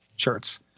shirts